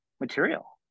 material